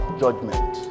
judgment